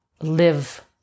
live